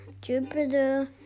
Jupiter